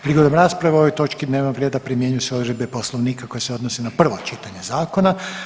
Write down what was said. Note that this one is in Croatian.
Prigodom rasprave o ovoj točki dnevnog reda primjenjuju se odredbe Poslovnika koje se odnose na prvo čitanje zakona.